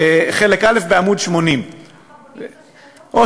בחלק א', בעמוד 80. ככה בונים את השאלות.